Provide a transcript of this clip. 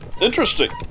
Interesting